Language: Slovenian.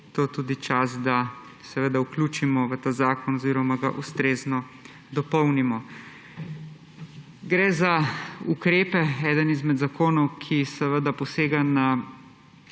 to tudi čas, da vključimo v ta zakon oziroma ga ustrezno dopolnimo. Gre za ukrepe – eden izmed zakonov, ki seveda posega na